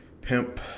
pimp